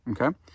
okay